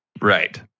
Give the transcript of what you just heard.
Right